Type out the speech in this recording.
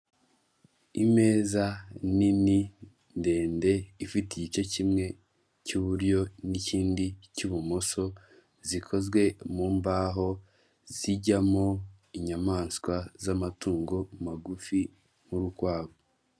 Imeza nini ndende ifite igice kimwe cy'uburyo n'ikindi cy'ubumoso, zikozwe mu mbaho zijyamo inyamaswa z'amatungo magufi nk'urukwavu.